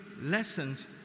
lessons